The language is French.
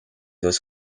dans